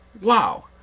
Wow